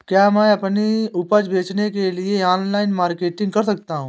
क्या मैं अपनी उपज बेचने के लिए ऑनलाइन मार्केटिंग कर सकता हूँ?